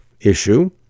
issue